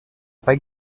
pas